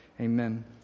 Amen